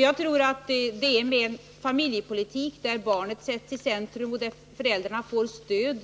Med en familjepolitik där barnen sätts i centrum och där föräldrarna får stöd